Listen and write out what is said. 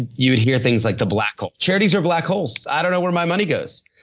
you would hear things like, the black hole. charities are black holes. i don't know where my money goes.